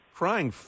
crying